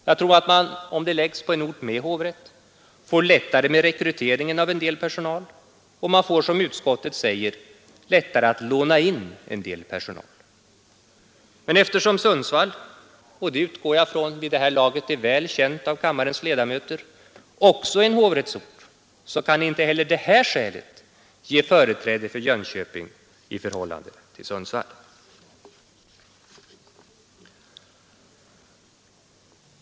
Jag tror att det, om det läggs på en ort med en hovrätt, blir lättare att rekrytera en del personal, och man får, som utskottet säger, lättare att låna in en del personal. Men eftersom Sundsvall — och jag utgår från att det vid det här laget är väl känt av kammarens ledamöter — också är en hovrättsort, så kan inte heller detta skäl ge företräde för Jönköping i förhållande till Sundsvall.